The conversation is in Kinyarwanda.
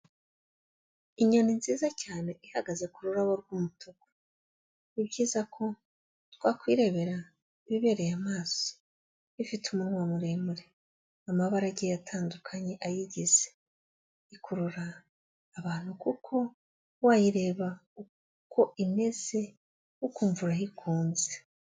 Inyoni nziza cyane ihagaze ku rurabo rw'umutuku. Ni byiza ko twakwirebera ibibereye amaso, ifite umunwa muremure, amabara agiye atandukanye ayigize, ikurura abantu kuko wayireba uko imeze ukumva urayikunze.